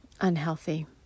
unhealthy